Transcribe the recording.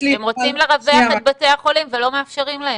הם רוצים לרווח את בתי החולים ולא מאפשרים להם.